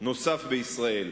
נוסף בישראל.